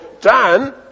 Dan